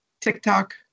TikTok